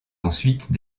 ensuite